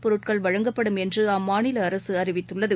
பொருட்கள் வழங்கப்படும் என்றுஅம்மாநிலஅரசுஅறிவித்துள்ளது